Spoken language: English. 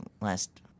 last